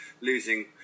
losing